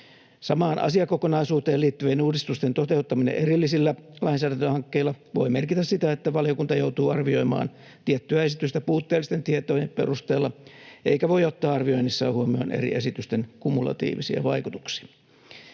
Samaan asiakokonaisuuteen liittyvien uudistusten toteuttaminen erillisillä lainsäädäntöhankkeilla voi merkitä sitä, että valiokunta joutuu arvioimaan tiettyä esitystä puutteellisten tietojen perusteella eikä voi ottaa arvioinnissaan huomioon eri esitysten kumulatiivisia vaikutuksia.”